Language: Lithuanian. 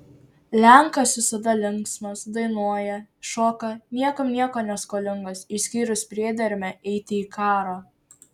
lenkas visada linksmas dainuoja šoka niekam nieko neskolingas išskyrus priedermę eiti į karą